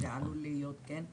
ועלול להיות, כן,